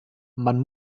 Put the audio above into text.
man